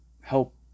help